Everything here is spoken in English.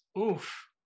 Oof